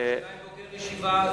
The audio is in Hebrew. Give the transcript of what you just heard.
השאלה אם בוגר ישיבה,